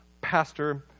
pastor